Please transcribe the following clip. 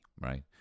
right